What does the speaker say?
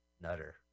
Nutter